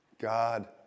God